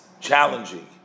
challenging